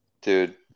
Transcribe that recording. Dude